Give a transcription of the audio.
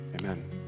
amen